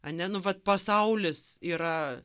ane nu vat pasaulis yra